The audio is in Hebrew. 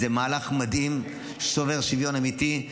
זה מהלך מדהים, שובר שוויון אמיתי.